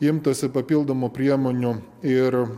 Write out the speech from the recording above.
imtasi papildomų priemonių ir